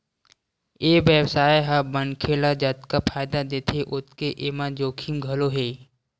ए बेवसाय ह मनखे ल जतका फायदा देथे ओतके एमा जोखिम घलो हे